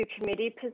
committee